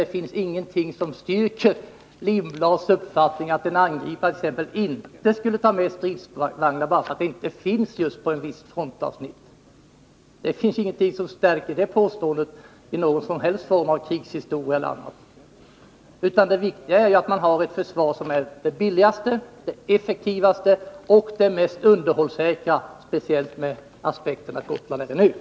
Det finns ingenting som styrker Hans Lindblads uppfattning att en angripare t.ex. inte skulle ta med stridsvagnar bara för att det inte finns sådana på ett visst frontavsnitt. Det finns ingenting som styrker det påståendet, i form av krigshistoria eller annat, utan det viktiga är att man har ett försvar som är det billigaste, det effektivaste och det mest underhållssäkra, speciellt ur aspekten att Gotland är en ö.